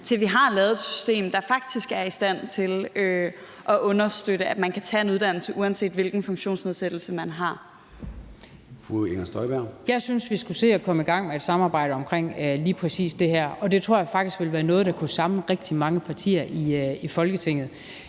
til vi har lavet et system, der faktisk er i stand til at understøtte, at man kan tage en uddannelse, uanset hvilken funktionsnedsættelse man har? Kl. 13:47 Formanden (Søren Gade): Fru Inger Støjberg. Kl. 13:47 Inger Støjberg (DD): Jeg synes, vi skulle se at komme i gang med et samarbejde omkring lige præcis det, og det tror jeg faktisk ville være noget, der kunne samle rigtig mange partier i Folketinget,